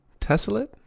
tessellate